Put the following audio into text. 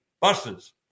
buses